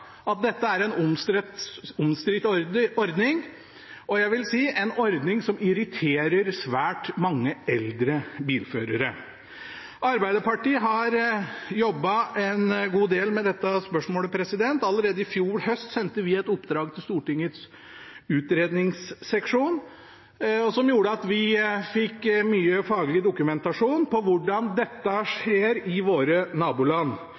at dette er en omstridt ordning, og en ordning som irriterer svært mange eldre bilførere. Arbeiderpartiet har jobbet en god del med dette spørsmålet. Allerede i fjor høst sendte vi et oppdrag til Stortingets utredningsseksjon, som gjorde at vi fikk mye faglig dokumentasjon om hvordan dette skjer i våre naboland.